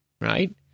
right